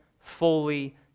fully